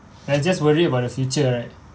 I just worry about the future right